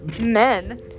Men